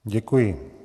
Děkuji.